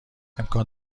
امکان